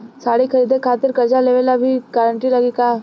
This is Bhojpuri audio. गाड़ी खरीदे खातिर कर्जा लेवे ला भी गारंटी लागी का?